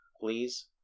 please